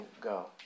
go